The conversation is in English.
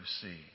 see